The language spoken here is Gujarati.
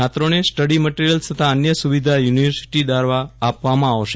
છાત્રોને સ્ટડી મટીરીયલ તથા અન્ય સુવિધા યુનિ દ્વારા આપવામાં આવશે